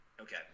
Okay